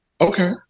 Okay